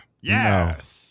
Yes